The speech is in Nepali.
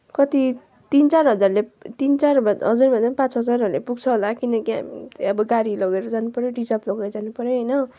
कति तिन चार हजारले तिन चार भ हजार भन्दा पनि पाँच हजारहरूले पुग्छ होला किनकि अब गाडी लगेर जानुपऱ्यो रिजर्भ लगेर जानुपऱ्यो होइन